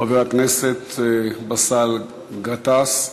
חבר הכנסת באסל גטאס,